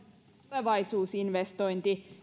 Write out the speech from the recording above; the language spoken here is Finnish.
tulevaisuusinvestointi